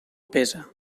pesa